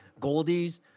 Goldies